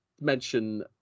mention